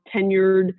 tenured